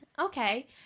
Okay